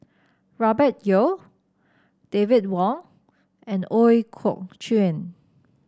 Robert Yeo David Wong and Ooi Kok Chuen